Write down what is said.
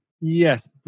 Yes